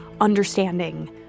understanding